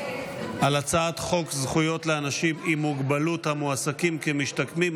על הצעת חוק זכויות לאנשים עם מוגבלות המועסקים כמשתקמים,